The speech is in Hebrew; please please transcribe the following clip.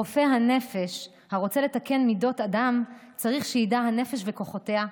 רופא הנפש הרוצה לתקן מידות אדם צריך שידע הנפש וכוחותיה,